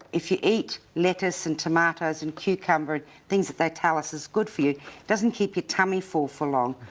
if you eat lettuce and tomatoes and cucumber and things that they tell us is good for you, it doesn't keep your tummy full for long.